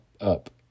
up